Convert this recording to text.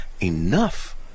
enough